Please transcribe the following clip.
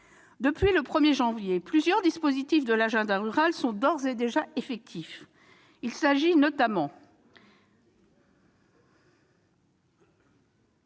Depuis le 1 janvier, plusieurs dispositifs de l'agenda rural sont d'ores et déjà effectifs. Il s'agit, notamment,